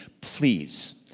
please